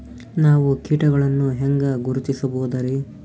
ನಾವು ಕೀಟಗಳನ್ನು ಹೆಂಗ ಗುರುತಿಸಬೋದರಿ?